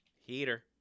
Heater